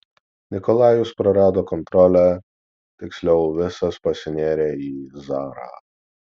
nikolajus prarado kontrolę tiksliau visas pasinėrė į zarą